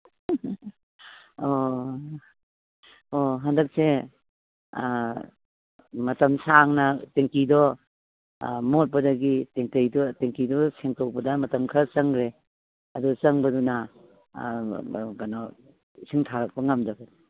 ꯑꯣ ꯑꯣ ꯍꯟꯗꯛꯁꯦ ꯃꯇꯝ ꯁꯥꯡꯅ ꯇꯦꯡꯀꯤꯗꯣ ꯃꯣꯠꯄꯗꯒꯤ ꯇꯦꯡꯀꯤꯗꯣ ꯁꯦꯡꯇꯣꯛꯄꯗ ꯃꯇꯝ ꯈꯔ ꯆꯪꯒ꯭ꯔꯦ ꯑꯗꯨ ꯆꯪꯕꯗꯨꯅ ꯀꯩꯅꯣ ꯏꯁꯤꯡ ꯊꯥꯔꯛꯄ ꯉꯝꯗꯕꯅꯤ